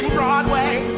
broadway.